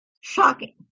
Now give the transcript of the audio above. shocking